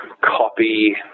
copy